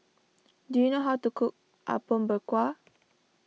do you know how to cook Apom Berkuah